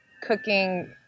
cooking